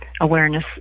awareness